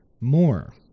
more